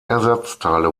ersatzteile